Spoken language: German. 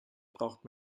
braucht